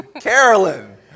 Carolyn